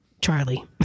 Charlie